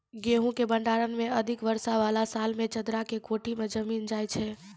गेहूँ के भंडारण मे अधिक वर्षा वाला साल मे चदरा के कोठी मे जमीन जाय छैय?